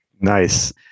Nice